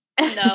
no